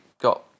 got